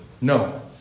No